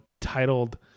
titled